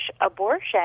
abortion